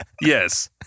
Yes